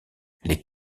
les